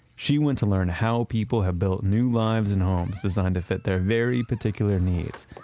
she went to learn how people have built new lives and homes designed to fit their very particular needs,